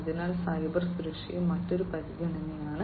അതിനാൽ സൈബർ സുരക്ഷയും മറ്റൊരു പരിഗണനയാണ്